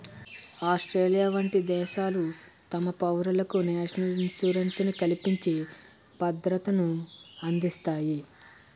Australia వంట దేశాలు తమ పౌరులకు నేషనల్ ఇన్సూరెన్స్ ని కల్పించి భద్రతనందిస్తాయి